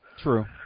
True